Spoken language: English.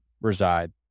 reside